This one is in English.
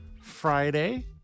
Friday